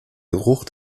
geruch